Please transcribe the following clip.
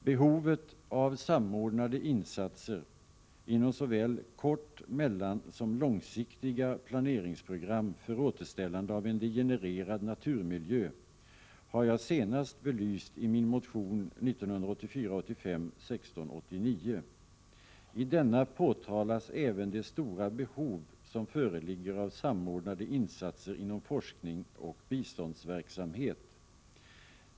Behovet av samordnade insatser inom såväl kortoch mellansom långsiktiga planeringsprogram för återställande av en degenererad naturmiljö har jag senast belyst i min motion 1984/85:1689. I denna pekas även på det stora behov som föreligger av samordnade insatser inom forskning och biståndsverksamhet.